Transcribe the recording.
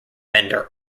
bender